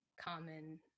common